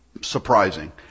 surprising